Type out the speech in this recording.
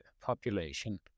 population